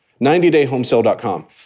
90dayhomesale.com